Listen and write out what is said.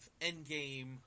endgame